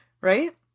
right